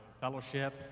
fellowship